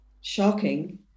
shocking